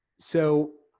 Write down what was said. so,